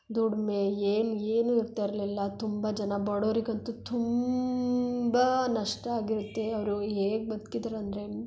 ದುಡಿಮೆ ಏನೂ ಏನೂ ಇರ್ತಾ ಇರಲಿಲ್ಲ ತುಂಬ ಜನ ಬಡವ್ರಿಗಂತು ತುಂಬ ನಷ್ಟ ಆಗಿರುತ್ತೆ ಅವರು ಹೇಗ್ ಬದ್ಕಿದ್ರು ಅಂದರೆ